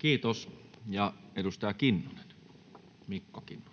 [Speech 170] Speaker: Toinen